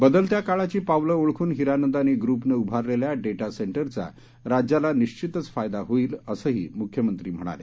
बदलत्या काळाची पावलं ओळखून हिरानंदानी ग्रुपनं उभारलेल्या डेटा सेंटरचा राज्याला निश्वितच फायदा होईल असही मुख्यमंत्र्यांनी यावेळी सांगितलं